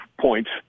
points